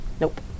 Nope